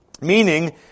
Meaning